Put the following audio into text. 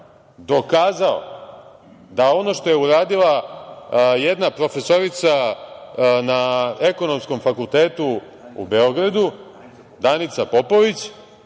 dokazao da ono što je uradila jedna profesorica na Ekonomskom fakultetu u Beogradu, Danica Popović,